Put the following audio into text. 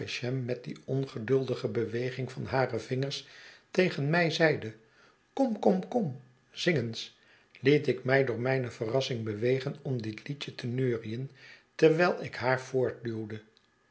met die ongeduldige beweging van hare vingers tegen mij zeide kom kom kom zing eens liet ik mij door mijne verrassing bewegen om dit liedje te neurien terwijl ik haar